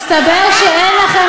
התברר שאין לכם